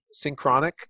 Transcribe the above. synchronic